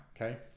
Okay